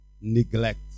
neglect